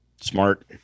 Smart